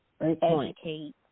educate